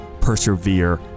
persevere